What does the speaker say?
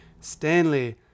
Stanley